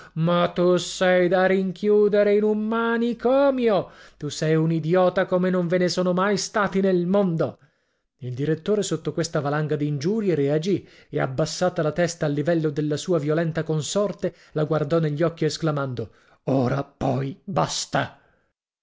ma tu sei da rinchiudere in un manicomio tu sei un idiota come non ve ne sono mai stati nel mondo il direttore sotto questa valanga di ingiurie reagì e abbassata la testa al livello della sua violenta consorte la guardò negli occhi esclamando ora poi basta